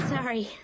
Sorry